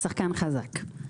שחקן חזק.